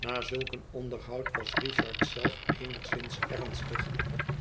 na zulk een onderhoud was richard zelf eenigszins ernstig